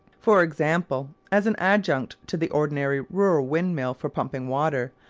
for example, as an adjunct to the ordinary rural windmill for pumping water,